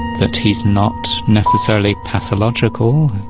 that he's not necessarily pathological.